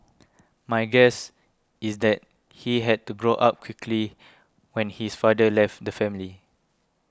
my guess is that he had to grow up quickly when his father left the family